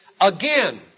Again